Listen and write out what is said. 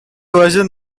version